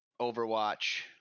Overwatch